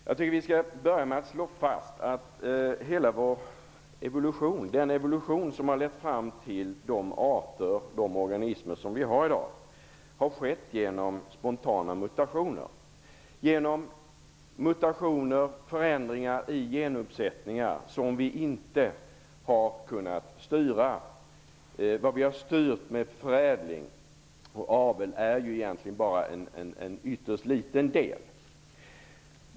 Jag tycker att vi skall börja med att slå fast att hela evolutionen, som har lett fram till de arter och de organismer som vi har i dag, har skett genom spontana mutationer, genom förändringar i genuppsättningar som vi inte har kunnat styra. Vad vi har styrt med förädling och avel är egentligen bara en ytterst liten del.